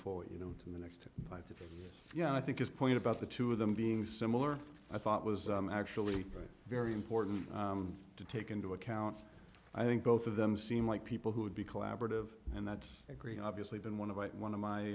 forward you know to the next i think yeah i think his point about the two of them being similar i thought was actually very very important to take into account i think both of them seem like people who would be collaborative and that's agree obviously been one of what one of my